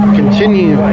continue